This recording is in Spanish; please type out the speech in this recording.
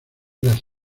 las